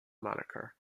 moniker